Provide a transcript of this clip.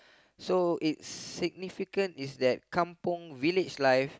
so it's significant is that kampung village life